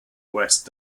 west